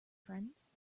friends